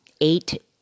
Eight